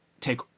take